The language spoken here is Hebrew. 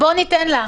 אז בואו ניתן לה.